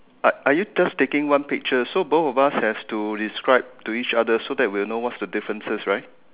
are are you just taking one pictures so both of us have to describe to each other so that we'll know what's the differences right